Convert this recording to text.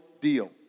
deal